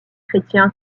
chrétien